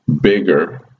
bigger